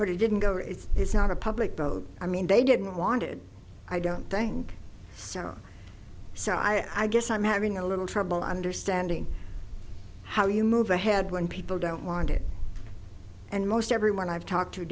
but it didn't go it's it's not a public vote i mean they didn't want it i don't think so so i guess i'm having a little trouble understanding how you move ahead when people don't want it and most everyone i've talked to